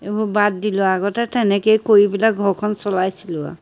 এইবোৰ বাদ দিলোঁ আৰু আগতে তেনেকৈয়ে কৰি পেলাই ঘৰখন চলাইছিলোঁ আৰু